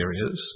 areas